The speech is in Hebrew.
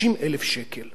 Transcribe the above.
פחות מחצי מיליון שקל.